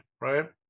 right